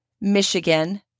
Michigan